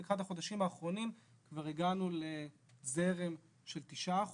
אבל באחד החודשים האחרונים כבר הגענו לזרם של תשעה אחוזים.